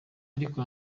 ariko